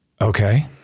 Okay